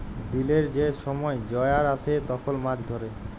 দিলের যে ছময় জয়ার আসে তখল মাছ ধ্যরে